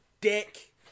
dick